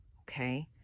okay